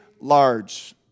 large